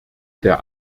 der